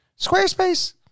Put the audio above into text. Squarespace